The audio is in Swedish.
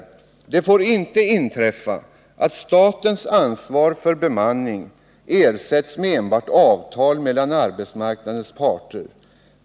Det får inte inträffa att statens ansvar för bemanning ersättes med Torsdagen den enbart avtal mellan arbetsmarknadens parter.